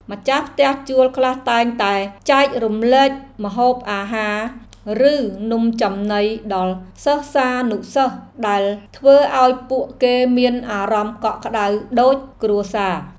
ម្ចាស់ផ្ទះជួលខ្លះតែងតែចែករំលែកម្ហូបអាហារ ឬនំចំណីដល់សិស្សានុសិស្សដែលធ្វើឱ្យពួកគេមានអារម្មណ៍កក់ក្តៅដូចគ្រួសារ។